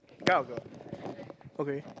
guy or girl okay